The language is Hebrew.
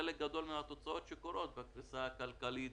חלק מהתוצאות שקורות הקריסה הכלכלית,